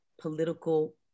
political